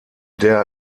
der